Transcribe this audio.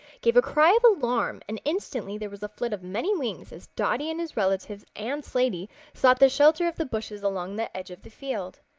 gave a cry of alarm and instantly there was a flit of many wings as dotty and his relatives and slaty sought the shelter of the bushes along the edge of the field.